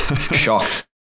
Shocked